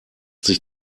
sich